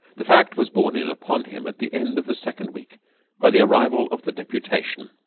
the fact was borne in upon him at the end of the second week by the arrival of the deputation.